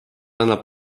annab